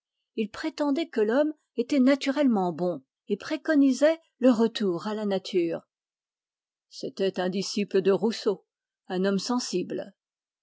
il prétendait que l'homme était naturellement bon et préconisait le retour à la nature c'était un disciple de rousseau un homme sensible